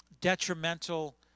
detrimental